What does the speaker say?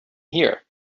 here